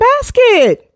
basket